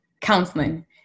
counseling